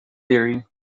theory